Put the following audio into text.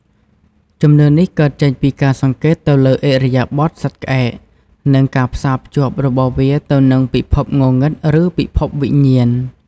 ជំនឿនេះកើតចេញពីការសង្កេតទៅលើឥរិយាបថសត្វក្អែក និងការផ្សារភ្ជាប់របស់វាទៅនឹងពិភពងងឹត ឬពិភពវិញ្ញាណ